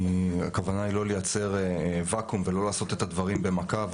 הכוונה היא לא לייצר ואקום ולא לעשות את הדברים במכה,